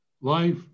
life